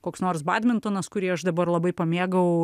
koks nors badmintonas kurį aš dabar labai pamėgau